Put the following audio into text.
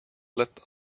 let